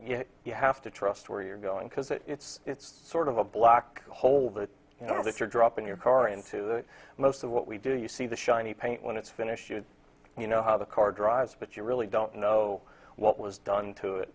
know you have to trust where you're going because it's it's sort of a black hole that you know that you're dropping your car into the most of what we do you see the shiny paint when it's finished you know how the car drives but you really don't know what was done to it